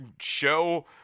show